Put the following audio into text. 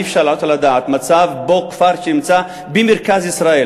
אי-אפשר להעלות על הדעת מצב שבו כפר נמצא במרכז ישראל,